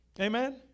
Amen